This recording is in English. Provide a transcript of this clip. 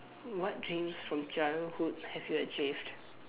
what dreams from childhood have you achieved